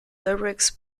lyrics